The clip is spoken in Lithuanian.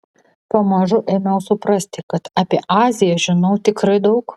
pamažu ėmiau suprasti kad apie aziją žinau tikrai daug